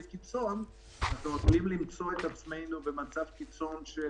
קיצון אנחנו יכולים למצוא את עצמנו במצב קיצון אחר